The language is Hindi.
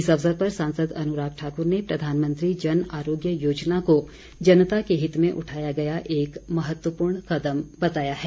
इस अवसर पर सांसद अनुराग ठाकुर ने प्रधानमंत्री जन आरोग्य योजना को जनता के हित में उठाया गया एक महत्वपूर्ण कदम बताया है